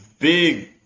big